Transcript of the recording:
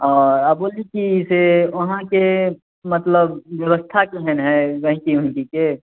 अऽ बोलली कि से अहाँके मतलब बेबस्था केहन हइ गहिकी उहिकीके